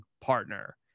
partner